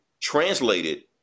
translated